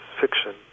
fiction